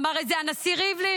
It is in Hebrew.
אמר את זה הנשיא ריבלין,